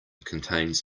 contains